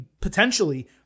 potentially